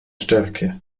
stärke